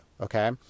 okay